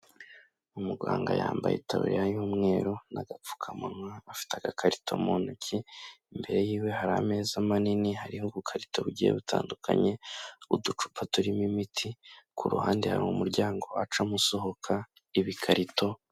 Umuganga yambaye itaburiya y'umweru n'agapfukamunwa afite agakarito mu ntoki imbere yiwe hari ameza manini hariho ubukarito bugiye butandukanye, uducupa turimo imiti ku ruhande hari umuryango ucamo usohoka ibikarito.